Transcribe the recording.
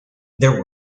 there